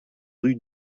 rue